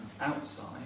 outside